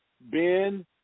Ben